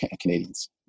Canadians